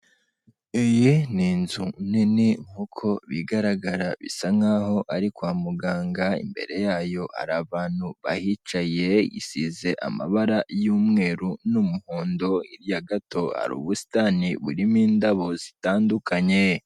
Iyi ni inzu nini nk'uko bigaragara bisa nkaho ari kwa muganga. Imbere yayo hari abantu bahicaye isize amabara y'umweru, n'umuhondo. Hirya gato hari ubusitani burimo indabo zitandukanye.